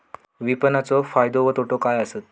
विपणाचो फायदो व तोटो काय आसत?